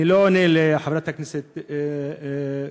אני לא עונה לחברת הכנסת קורן,